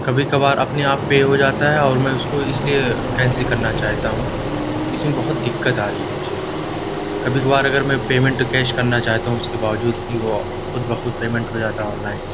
کبھی کبھار اپنے آپ پے ہو جاتا ہے اور میں اس کو اس لیے کینسل کرنا چاہتا ہوں کہ اس میں بہت دقت آ رہی ہے مجھے کبھی کبھار اگر میں پیمنٹ کیش کرنا چاہتا ہوں اس کے باوجود بھی وہ خود بخود پیمنٹ ہو جاتا ہے آنلائن